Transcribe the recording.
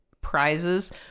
prizes